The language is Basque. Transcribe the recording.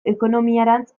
ekonomiarantz